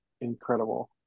Incredible